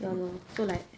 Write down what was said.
ya lor so like